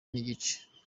nigice